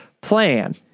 plan